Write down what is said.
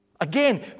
Again